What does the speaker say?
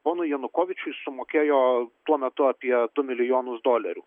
ponui janukovyčiui sumokėjo tuo metu apie du milijonus dolerių